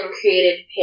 created